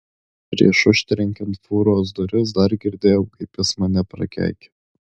prieš užtrenkiant fūros duris dar girdėjau kaip jis mane prakeikia